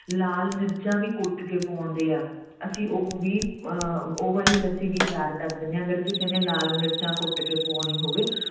ਲਾਲ ਮਿਰਚਾਂ ਵੀ ਕੁੱਟ ਪੁਆਉਂਦੇ ਹੈ ਅਸੀਂ ਉਹ ਵੀ ਉਹ ਵਾਲੀ ਲੱਸੀ ਵੀ ਤਿਆਰ ਕਰ ਦਿੰਦੇ ਹਾਂ ਅਗਰ ਕਿਸੇ ਨੇ ਲਾਲ ਮਿਰਚਾਂ ਕੁੱਟ ਕੇ ਪੁਆਉਣੀ ਹੋਵੇ